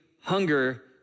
hunger